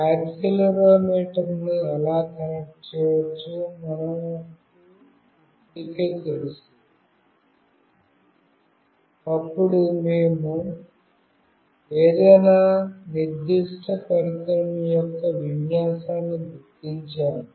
యాక్సిలెరోమీటర్ను ఎలా కనెక్ట్ చేయవచ్చో మనకు ఇప్పటికే తెలుసు అప్పుడు మేము ఏదైనా నిర్దిష్ట పరికరం యొక్క విన్యాసాన్ని గుర్తించాము